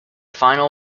final